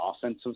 offensive